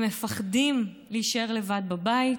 הם מפחדים להישאר לבד בבית,